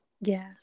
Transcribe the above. yes